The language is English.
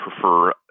prefer